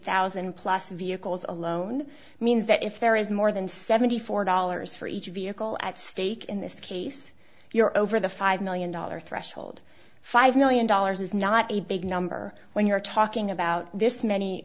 thousand plus vehicles alone means that if there is more than seventy four dollars for each vehicle at stake in this case you're over the five million dollar threshold five million dollars is not a big number when you're talking about this many